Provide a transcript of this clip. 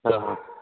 ಹಾಂ ಹಾಂ